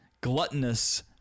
gluttonous